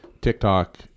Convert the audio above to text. TikTok